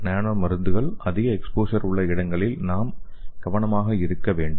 நானோ மருந்துகள் அதிக எக்ஸ்போசர் உள்ள இடங்களில் நாம் கவனமாக இருக்க வேண்டும்